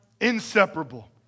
inseparable